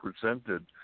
presented